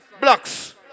Blocks